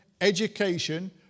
education